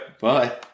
Bye